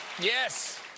Yes